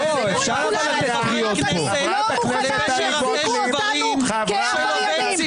לא מוכנה שיציגו אותנו כעבריינים.